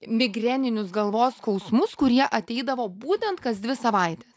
migreninius galvos skausmus kurie ateidavo būtent kas dvi savaites